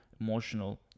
emotional